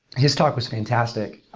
his talk was fantastic.